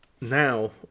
now